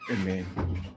Amen